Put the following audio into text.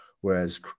whereas